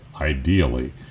ideally